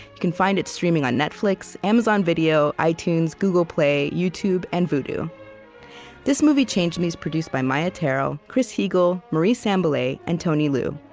you can find it streaming on netflix, amazon video, itunes, google play, youtube, and vudu this movie changed me is produced by maia tarrell, chris heagle, marie sambilay, and tony liu,